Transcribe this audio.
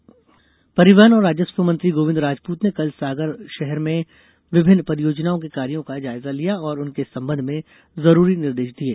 मंत्री दौरा परिवहन और राजस्व मंत्री गोविंद राजपूत ने कल सागर शहर में विभिन्न परियोजनाओं के कार्यो का जायजा लिया और उनके संबंध में जरूरी निर्देश दिये